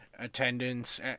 Attendance